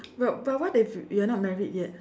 but but what if you're not married yet